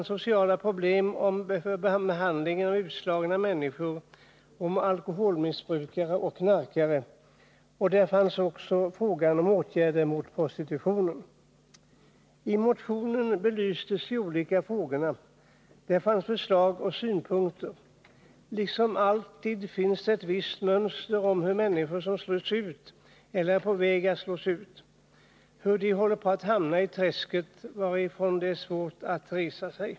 Sociala problem såsom behandling av utslagna människor, alkoholmissbruk och knark fanns med. Också frågan om åtgärder mot prostitutionen berördes. I motionen belystes dessa frågor, varvid synpunkter och förslag till åtgärder framfördes. Liksom alltid finns det ett visst mönster när människor slås ut eller är på väg att slås ut. De hamnar i träsket, varifrån det är svårt att resa sig.